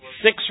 Six